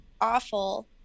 awful